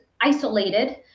isolated